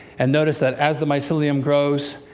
and notice that as the mycelium grows,